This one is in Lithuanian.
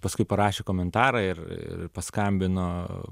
paskui parašė komentarą ir paskambino